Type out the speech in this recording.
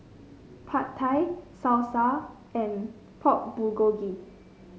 Pad Thai Salsa and Pork Bulgogi